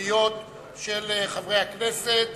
טרומיות של חברי הכנסת.